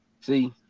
See